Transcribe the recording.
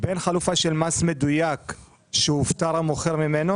בין חלופה של מס מדויק שהופטר המוכר ממנו